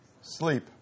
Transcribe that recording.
Sleep